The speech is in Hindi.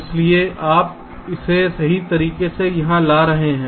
इसलिए आप इसे सही तरीके से यहां ला रहे हैं